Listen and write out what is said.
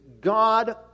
God